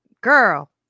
Girl